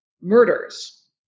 Murders